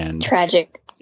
Tragic